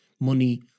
money